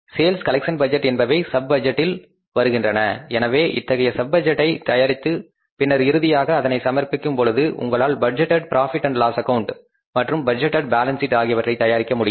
sales collection budget என்பவை sub பட்ஜெட்டில் வருகின்றன எனவே இத்தகைய சப் பட்ஜெட்டை தயாரித்து பின்னர் இறுதியாக அதனை சமர்ப்பிக்கும் பொழுது உங்களால் budgeted profit and loss account மற்றும் பட்ஜெட்டேட் பாலன்ஸ் சீட் ஆகியவற்றை தயாரிக்க முடியும்